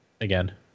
again